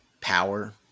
power –